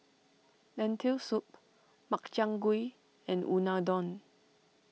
Lentil Soup Makchang Gui and Unadon